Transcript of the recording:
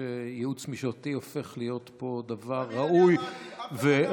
ייעוץ משפטי הופך להיות פה דבר ראוי ורצוי.